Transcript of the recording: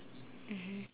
mmhmm